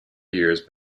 years